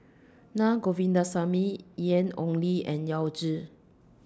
Na Govindasamy Ian Ong Li and Yao Zi